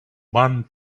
one